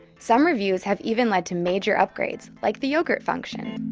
some reviews have even led to major upgrades, like the yogurt function.